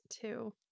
two